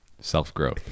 Self-growth